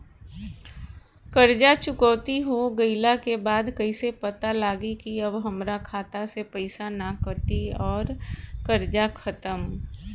कर्जा चुकौती हो गइला के बाद कइसे पता लागी की अब हमरा खाता से पईसा ना कटी और कर्जा खत्म?